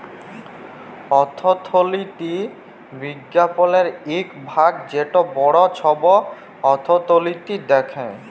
অথ্থলিতি বিজ্ঞালের ইক ভাগ যেট বড় ছব অথ্থলিতি দ্যাখে